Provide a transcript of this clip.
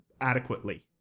adequately